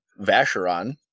Vacheron